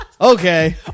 Okay